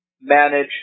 manage